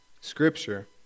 Scripture